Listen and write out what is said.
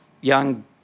young